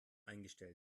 eingestellt